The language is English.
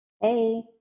Hey